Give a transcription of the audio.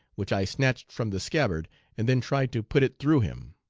which i snatched from the scabbard and then tried to put it through him.